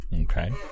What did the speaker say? Okay